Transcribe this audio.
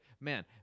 man